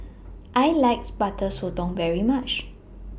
I likes Butter Sotong very much